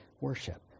worship